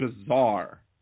bizarre